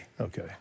okay